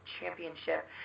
championship